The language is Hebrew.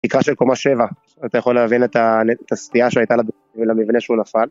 תקרה של קומה שבע, אתה יכול להבין את הסטייה שהייתה למבנה כשהוא נפל,